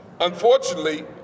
Unfortunately